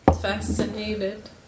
Fascinated